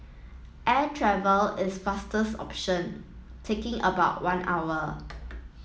air travel is fastest option taking about one hour